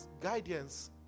guidance